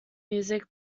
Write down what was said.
music